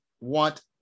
want